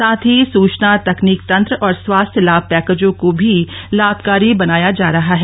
साथ ही सूचना तकनीक तंत्र और स्वास्थ्य लाम पैकेजों को भी लामकारी बनाया जा रहा है